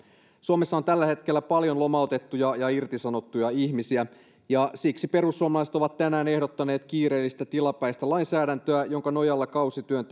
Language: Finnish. suomessa on tällä hetkellä paljon lomautettuja ja irtisanottuja ihmisiä ja siksi perussuomalaiset ovat tänään ehdottaneet kiireellistä tilapäistä lainsäädäntöä jonka nojalla kausityön